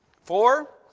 Four